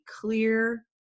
clear